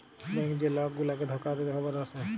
bank যে লক গুলাকে ধকা দে খবরে আসে